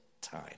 time